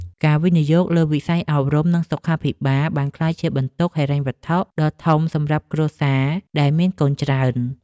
ការវិនិយោគលើវិស័យអប់រំ និងសុខាភិបាលបានក្លាយជាបន្ទុកហិរញ្ញវត្ថុដ៏ធំសម្រាប់គ្រួសារដែលមានកូនច្រើន។